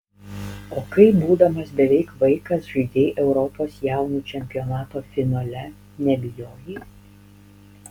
o kai būdamas beveik vaikas žaidei europos jaunių čempionato finale nebijojai